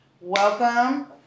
welcome